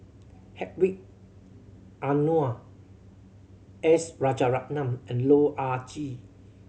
Hedwig Anuar S Rajaratnam and Loh Ah Chee